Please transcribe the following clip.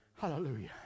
Hallelujah